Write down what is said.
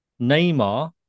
Neymar